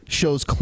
shows